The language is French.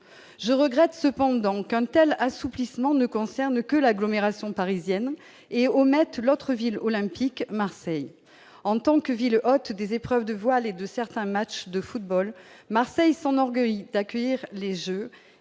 je regrette cependant quant à l'assouplissement ne concerne que l'agglomération parisienne et omettent l'autre ville olympique Marseille en tant que ville hôte des épreuves de voile et de certains matches de football Marseille s'enorgueillit d'accueillir les Jeux